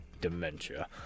dementia